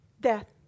death